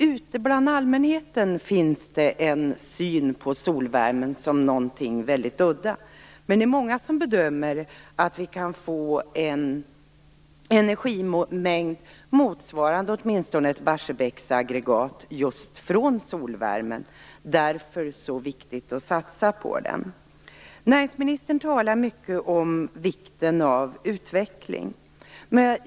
Ute bland allmänheten finns det en syn på solvärmen som någonting väldigt udda. Men det är många som bedömer att vi kan få en energimängd motsvarande åtminstone ett Barsebäcksaggregat just från solvärmen. Därför är det så viktigt att satsa på den. Näringsministern talar mycket om vikten av utveckling.